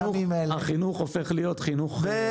בדיוק, החינוך הופך להיות חינוך במיקור חוץ.